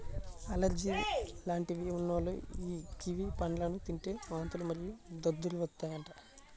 allergy లాంటివి ఉన్నోల్లు యీ కివి పండ్లను తింటే వాంతులు మరియు దద్దుర్లు వత్తాయంట